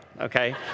Okay